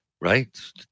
right